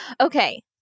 Okay